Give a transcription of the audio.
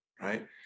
right